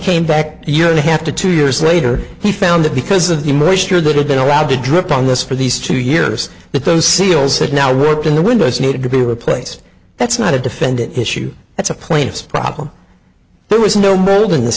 came back year and a half to two years later he found that because of the moisture that had been allowed to drip on this for these two years that those seals had now worked in the windows needed to be replaced that's not a defendant issue that's a plaintiff's problem there was no moving this